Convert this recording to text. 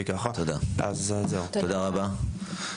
תודה רבה.